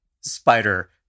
spider